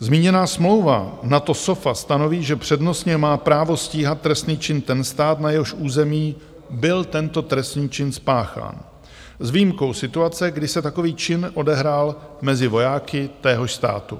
Zmíněná smlouva NATO SOFA stanoví, že přednostně má právo stíhat trestný čin ten stát, na jehož území byl tento trestný čin spáchán, s výjimkou situace, kdy se takový čin odehrál mezi vojáky téhož státu.